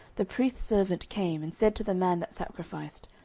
the priest's servant came, and said to the man that sacrificed,